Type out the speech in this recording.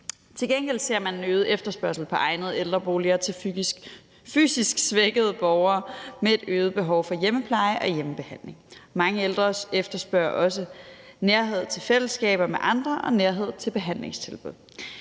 Til gengæld ser man en øget efterspørgsel på egnede ældreboliger til fysisk svækkede borgere med et øget behov for hjemmepleje og hjemmebehandling. Mange ældre efterspørger også nærhed til fællesskaber med andre og nærhed til behandlingstilbud.